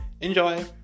Enjoy